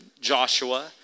Joshua